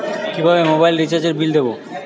কিভাবে মোবাইল রিচার্যএর বিল দেবো?